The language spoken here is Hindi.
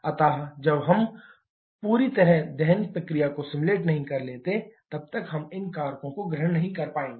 अतः जब तक हम पूरी तरह दहन प्रक्रिया को सिम्युलेट नहीं कर लेते तब तक हम इन कारकों को ग्रहण नहीं कर पाएंगे